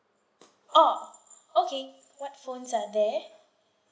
oh okay what phones are there